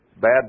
bad